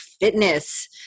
fitness